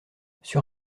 sur